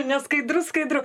neskaidru skaidru